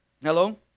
Hello